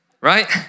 right